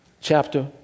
chapter